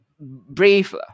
brave